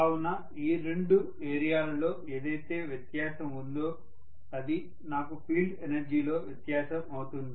కావున ఈ రెండు ఏరియాలలో ఏదైతే వ్యత్యాసం ఉందో అది నాకు ఫీల్డ్ ఎనర్జీ లో వ్యత్యాసం అవుతుంది